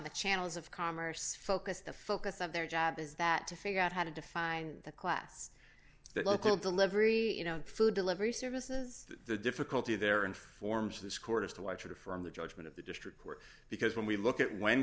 the channels of commerce focus the focus of their job is that to figure out how to define the class the local delivery you know food delivery services the difficulty there and forms of this court is to watch it from the judgment of the district court because when we look at when